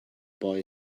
boy